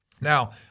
Now